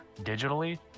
digitally